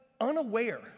unaware